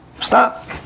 Stop